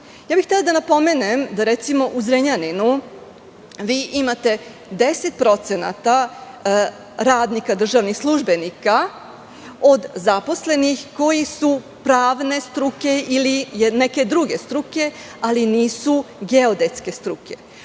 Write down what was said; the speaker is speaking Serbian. bih da napomenem da, recimo, u Zrenjaninu imate 10% radnika, državnih službenika od zaposlenih, koji su pravne struke ili neke druge struke, ali nisu geodetske struke.